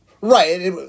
Right